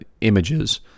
images